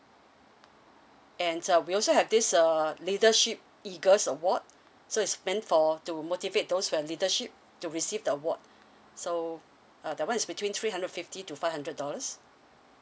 and uh we also have this uh leadership eagles award so it's meant for to motivate those who have leadership to receive the award so uh that one is between three hundred fifty to five hundred dollars